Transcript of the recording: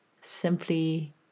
simply